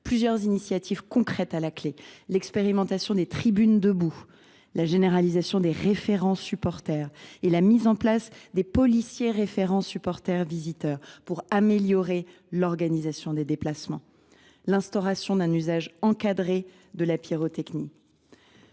Plusieurs initiatives concrètes ont été prises : l’expérimentation des tribunes debout, la généralisation des référents supporters, la mise en place de policiers référents auprès des supporters visiteurs pour améliorer l’organisation des déplacements, ou encore l’instauration d’un usage encadré de la pyrotechnie.